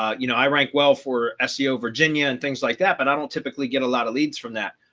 you know, i rank well for seo, virginia and things like that. but i don't typically get a lot of leads from that.